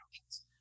options